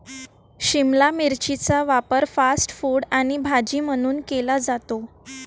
शिमला मिरचीचा वापर fast food आणि भाजी म्हणून केला जातो